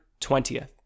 20th